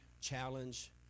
challenge